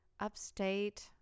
upstate